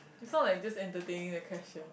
you sound like just entertain you a question